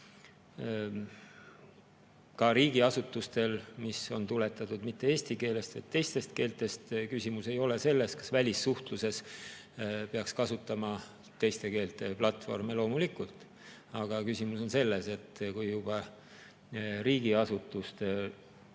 domeeninimesid, mis on tuletatud mitte eesti keelest, vaid teistest keeltest. Küsimus ei ole selles, kas välissuhtluses peaks kasutama teiste keelte platvorme. Loomulikult! Aga küsimus on selles, et kui juba riigiasutuste